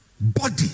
Body